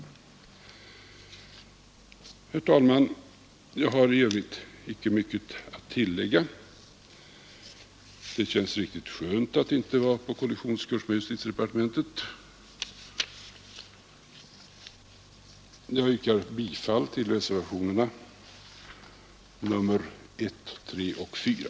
Herr talman! Jag har i övrigt icke mycket att tillägga — det känns riktigt skönt att icke vara på kollisionskurs med justitiepartementet. Jag yrkar bifall till reservationerna 1, 3 och 4.